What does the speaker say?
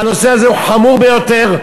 הנושא הזה הוא חמור ביותר,